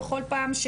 בכל פעם,